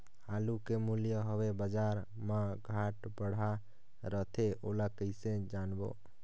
आलू के मूल्य हवे बजार मा घाट बढ़ा रथे ओला कइसे जानबो?